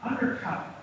undercut